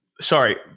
sorry